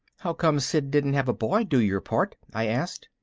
how come sid didn't have a boy do your part? i asked.